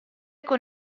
con